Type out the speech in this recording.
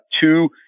two